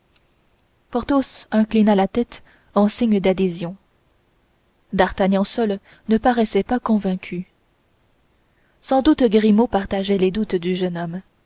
homme porthos inclina la tête en signe d'adhésion d'artagnan seul ne paraissait pas convaincu sans doute grimaud partageait les doutes du jeune homme